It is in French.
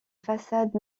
façades